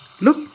look